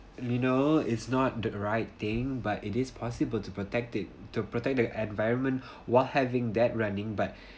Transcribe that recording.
you know it's not the right thing but it is possible to protect it to protect the environment while having that running but